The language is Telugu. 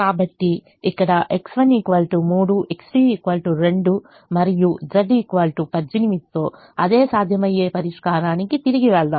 కాబట్టి ఇక్కడ X1 3 X2 2 మరియు Z 18 తో అదే సాధ్యమయ్యే పరిష్కారానికి తిరిగి వెళ్దాం